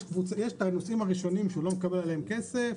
יש את הנוסעים הראשונים שהוא לא מקבל עליהם כסף,